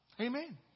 Amen